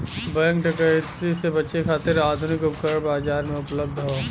bank डकैती से बचे खातिर आधुनिक उपकरण बाजार में उपलब्ध हौ